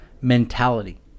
mentality